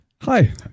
Hi